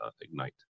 Ignite